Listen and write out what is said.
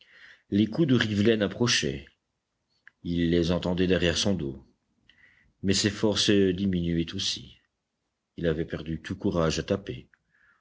les coups de rivelaine approchaient il les entendait derrière son dos mais ses forces diminuaient aussi il avait perdu tout courage à taper